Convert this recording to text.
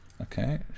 Okay